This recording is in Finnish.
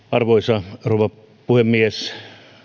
arvoisa rouva puhemies